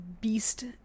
Beast